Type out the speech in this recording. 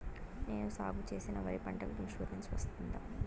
నేను సాగు చేసిన వరి పంటకు ఇన్సూరెన్సు వస్తుందా?